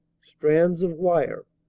strands of wire,